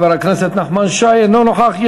חבר הכנסת נחמן שי, אינו נוכח.